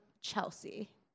Chelsea